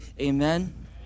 Amen